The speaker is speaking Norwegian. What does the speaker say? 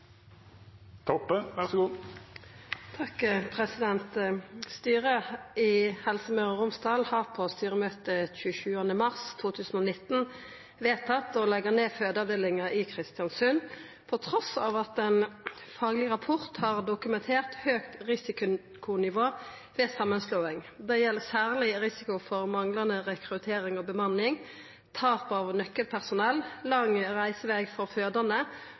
Toppe. «Styret i Helse Møre og Romsdal har på styremøte 27. mars 2019 vedtatt å legge ned fødeavdelinga i Kristiansund, på tross av at ein fagleg rapport har dokumentert høgt risikonivå ved samanslåing. Det gjeld særleg risiko for manglande rekruttering og bemanning, tap av nøkkelpersonell, lang reiseveg for fødande